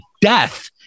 death